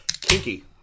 Kinky